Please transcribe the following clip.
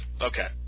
Okay